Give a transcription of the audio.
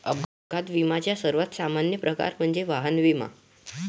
अपघात विम्याचा सर्वात सामान्य प्रकार म्हणजे वाहन विमा